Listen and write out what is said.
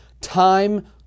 time